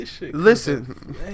Listen